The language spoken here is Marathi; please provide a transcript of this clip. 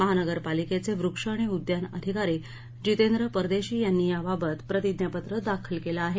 महानगरपालिकेचे वृक्ष आणि उद्यान अधिकारी जितेंद्र परदेशी यांनी याबाबत प्रतिज्ञापत्र दाखल केलं आहे